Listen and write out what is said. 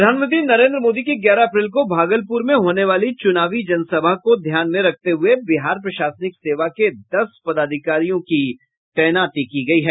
प्रधानमंत्री नरेन्द्र मोदी की ग्यारह अप्रैल को भागलपुर में होने वाली चुनावी जनसभा को ध्यान में रखते हुए बिहार प्रशासनिक सेवा के दस पदाधिकारियों की तैनाती की गयी है